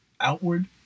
outward